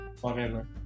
forever